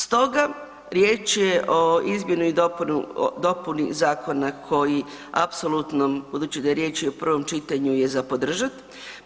Stoga riječ je o izmjeni i dopuni zakona koji apsolutno budući da je riječ i o prvom čitanju je za podržati.